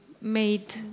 made